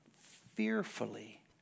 fearfully